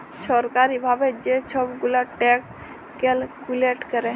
ছরকারি ভাবে যে ছব গুলা ট্যাক্স ক্যালকুলেট ক্যরে